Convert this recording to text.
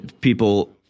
people